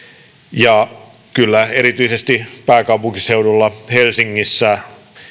ja kyllä erityisesti pääkaupunkiseudulla helsingissä